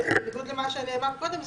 בניגוד למה שנאמר קודם,